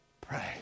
pray